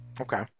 Okay